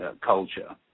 culture